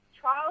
trial